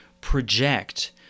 project